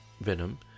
Venom